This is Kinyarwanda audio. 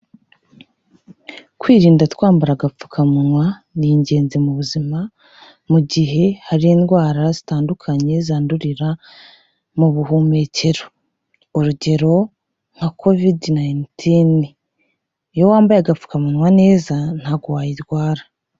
Kwirinda twambara agapfukamunwa ni ingenzi mu buzima mu gihe hari indwara zitandukanye zandurira mu buhumekero, urugero nka covid nineteen, iyo wambaye agapfukamunwa neza ntabwo wayirwara.